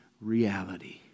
reality